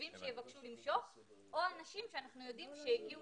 חושבים שיבקשו למשוך או אנשים שאנחנו יודעים שהגיעו